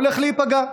הולך להיפגע.